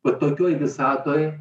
va tokioj visatoj